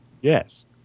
Yes